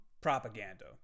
propaganda